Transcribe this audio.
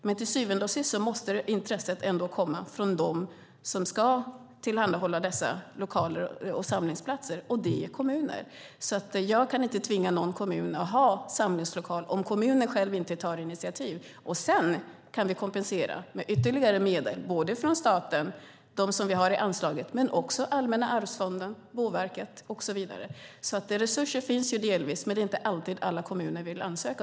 Men till syvende och sist måste intresset ändå komma från dem som ska tillhandahålla dessa lokaler och samlingsplatser, och det är kommunerna. Jag kan inte tvinga någon kommun att ha samlingslokaler om kommunen själv inte tar initiativet. Sedan kan det kompenseras med ytterligare medel från staten, de medel som vi har i anslaget, och från Allmänna arvsfonden, Boverket och så vidare. Resurser finns delvis, men alla kommuner vill inte alltid ansöka.